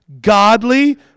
godly